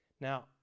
Now